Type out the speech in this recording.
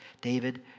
David